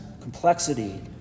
complexity